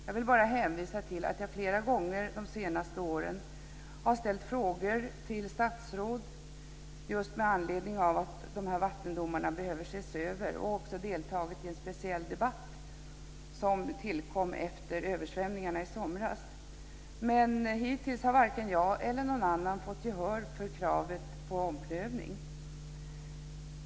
Jag vill bara hänvisa till att jag flera gånger under de senaste åren har ställt frågor till statsråd just med anledning av att vattendomarna behöver ses över och också deltagit i en speciell debatt som tillkom efter översvämningarna i somras. Men hittills har varken jag eller någon annan fått gehör för kravet på omprövning.